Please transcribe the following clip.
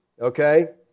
okay